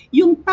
yung